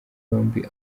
yombi